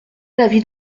l’avis